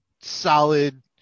solid